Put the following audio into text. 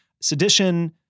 sedition